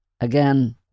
Again